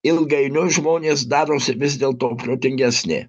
ilgainiui žmonės darosi vis dėl to protingesni